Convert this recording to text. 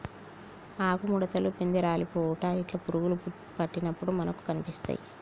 ఆకు ముడుతలు, పిందె రాలిపోవుట ఇట్లా పురుగులు పట్టినప్పుడు మనకు కనిపిస్తాయ్